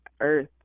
earth